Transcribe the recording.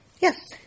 Yes